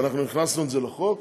ואנחנו הכנסנו את זה לחוק,